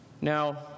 Now